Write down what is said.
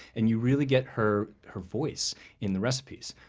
and you really get her her voice in the recipes.